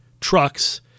trucks